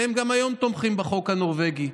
וגם היום הם תומכים בחוק הנורבגי.